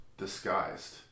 disguised